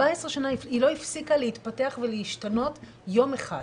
שנה היא לא הפסיקה להתפתח ולהשתנות יום אחד.